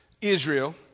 Israel